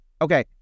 Okay